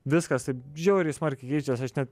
viskas taip žiauriai smarkiai keičias aš net